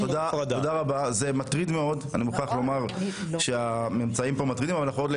תודה רבה זה מטריד מאוד אבל אנחנו עוד לא